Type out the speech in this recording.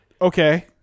Okay